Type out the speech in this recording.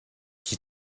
qui